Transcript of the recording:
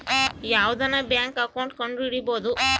ಯಾವ್ದನ bank account ಕಂಡುಹಿಡಿಬೋದು